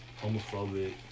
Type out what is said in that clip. homophobic